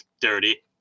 dirty